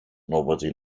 nobody